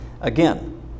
Again